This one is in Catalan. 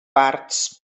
parts